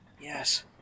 Yes